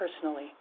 personally